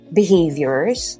Behaviors